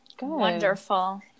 Wonderful